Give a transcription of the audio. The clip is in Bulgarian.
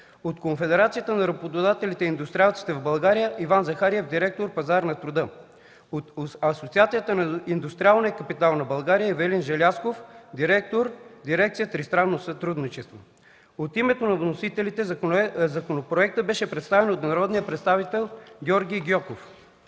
от Конфедерацията на работодателите и индустриалците в България Иван Захариев – директор пазар на труда; от Асоциацията на индустриалния капитал на България Ивелин Желязков – директор на Дирекция „Тристранно сътрудничество”. От името на вносителите законопроектът беше представен от народния представител Георги Гьоков.